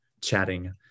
chatting